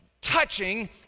touching